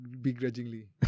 Begrudgingly